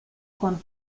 con